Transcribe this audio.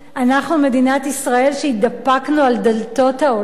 אנחנו, מדינת ישראל, שהתדפקנו על דלתות העולם,